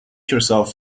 yourself